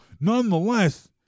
nonetheless